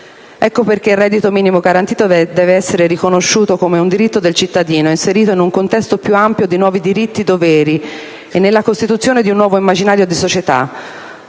Ecco perché il reddito minimo garantito deve essere riconosciuto come un diritto del cittadino, inserito in un contesto più ampio di nuovi diritti-doveri e nella costruzione di un nuovo immaginario di società.